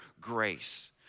grace